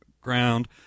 ground